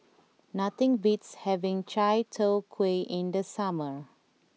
nothing beats having Chai Tow Kuay in the summer